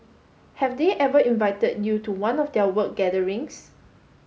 have they ever invited you to one of their work gatherings